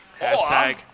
hashtag